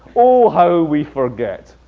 oh, how we forget.